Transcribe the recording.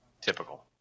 Typical